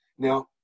Now